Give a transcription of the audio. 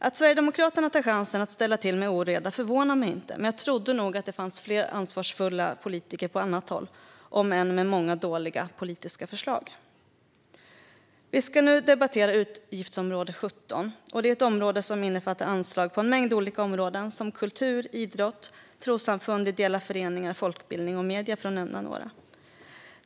Att Sverigedemokraterna tar chansen att ställa till oreda förvånar mig inte, men jag trodde nog att det fanns fler ansvarsfulla politiker på annat håll, om än med många dåliga politiska förslag. Vi debatterar nu utgiftsområde 17, som innefattar anslag på en mängd olika områden, såsom kultur, idrott, trossamfund, ideella föreningar, folkbildning och medier.